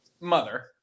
mother